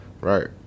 right